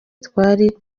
twari